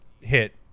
hit